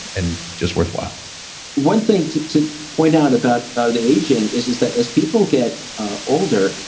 and just worthwhile one thing to to point out about ah the aging is, is that as people get ah older,